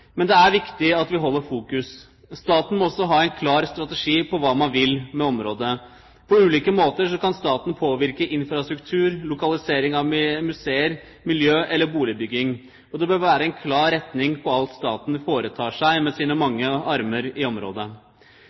men det er viktig at vi holder fokus. Staten må også ha en klar strategi på hva man vil med området. På ulike måter kan staten påvirke infrastruktur, lokalisering av museer, miljø eller boligbygging, og det bør være en klar retning på alt staten foretar seg med sine mange armer i området.